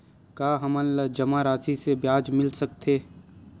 का हमन ला जमा राशि से ब्याज मिल सकथे?